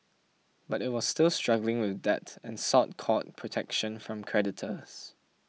but it was still struggling with debt and sought court protection from creditors